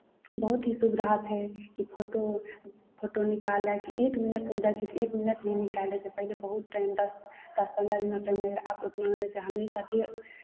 बहुत ही सुविधा छै कि फोटो फोटो निकालयके एक मिनटमे जाइ छियै तऽ एक मिनटमे ही निकालि दै छै पहिले बहुत टाइम दस दस पन्द्रह दिना टाइम लगैत रहय आब तऽ उतना नहि लगैत छै हमेशा जे